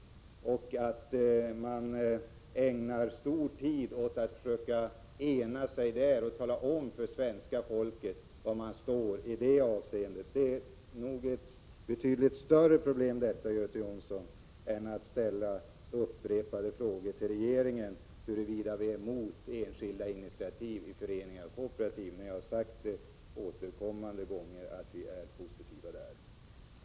Ni borde ägna mycken tid åt att försöka ena er och tala om för svenska folket var ni står i det avseendet. Det är nog ett betydligt större problem, Göte Jonsson, än de upprepade frågorna till regeringen huruvida vi är mot enskilda initiativ i föreningar och kooperativ, när jag flera gånger har sagt att regeringen är positiv.